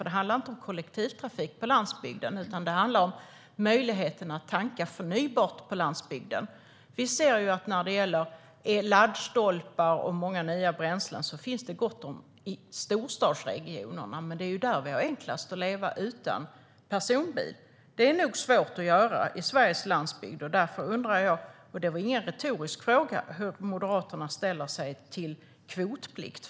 Det handlar inte om kollektivtrafik på landsbygden, utan det handlar om möjligheten att tanka förnybart på landsbygden. Det finns gott om laddstolpar och nya bränslen i storstadsregionerna, men det är ju där som det är enklast att leva utan personbil. Det är det svårt att göra på Sveriges landsbygd, och därför undrar jag - och det var ingen retorisk fråga - hur Moderaterna ställer sig till kvotplikt.